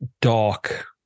dark